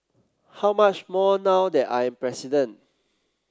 how much more now that I am president